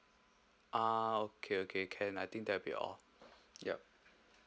ah okay okay can I think that will be all yup